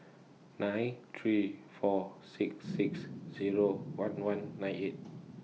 nine three four six six Zero one one nine eight